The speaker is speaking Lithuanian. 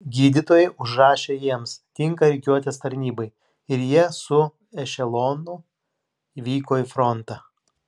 gydytojai užrašė jiems tinka rikiuotės tarnybai ir jie su ešelonu vyko į frontą